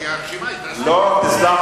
כי הרשימה היתה סגורה.